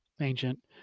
ancient